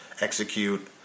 execute